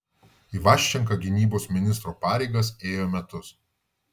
ivaščenka gynybos ministro pareigas ėjo metus